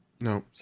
No